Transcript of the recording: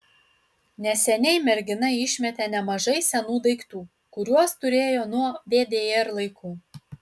neseniai mergina išmetė nemažai senų daiktų kuriuos turėjo nuo vdr laikų